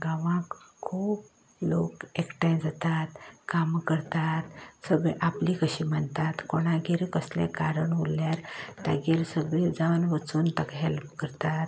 गांवांक खूब लोक एकठांय जातात कामां करतात सगलीं आपली कशीं मानतात कोणागेर कसलें कारण उरल्यार तागेर सगलीं जावन वचून ताका हेल्प करतात